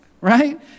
right